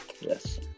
Yes